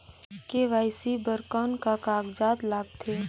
KYC बर कौन का कागजात लगथे?